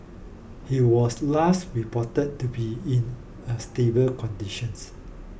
he was last reported to be in a stable conditions